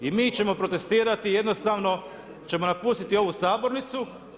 I mi ćemo protestirati, jednostavno ćemo napustiti ovu sabornicu.